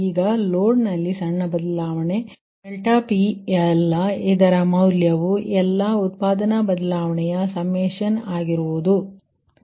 ಈಗ ಲೋಡ್ ನಲ್ಲಿನ ಸಣ್ಣ ಬದಲಾವಣೆ PL ಇದರ ಮೌಲ್ಯವು ಎಲ್ಲಾ ಉತ್ಪಾದನಾ ಬದಲಾವಣೆಯ ಸಮ್ಮಶನ್ ಆಗಿರುತ್ತದೆ i